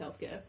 healthcare